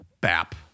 Bap